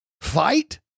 Fight